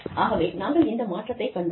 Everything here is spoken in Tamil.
ஆகவே நாங்கள் இந்த மாற்றத்தைக் கண்டோம்